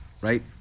right